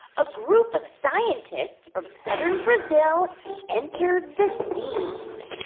a group of scientists from southern brazil entered the scene.